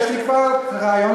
יש פה שרים, וזה עוד יקרה.